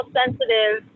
sensitive